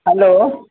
hello